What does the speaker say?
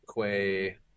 Quay